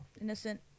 innocent